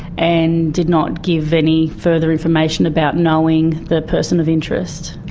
and did not give any further information about knowing the person of interest.